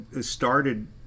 started